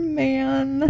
man